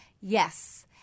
Yes